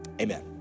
amen